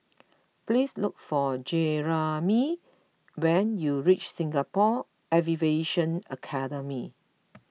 please look for Jeramie when you reach Singapore Aviation Academy